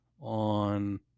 on